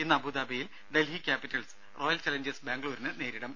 ഇന്ന് അബൂദാബിയിൽ Delhi Capitals Royal Challengers ബാംഗ്ലൂരിനെ നേരിടും